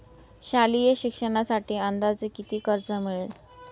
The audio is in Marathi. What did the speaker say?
शालेय शिक्षणासाठी अंदाजे किती कर्ज मिळेल?